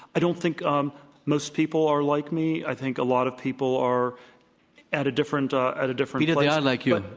i don't think um most people are like me. i think a lot of people are at a different at a different place. peter, they are like you.